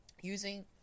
Using